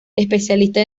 especialista